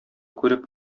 күреп